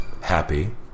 happy